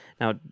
now